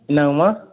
என்னாங்கம்மா